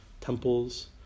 temples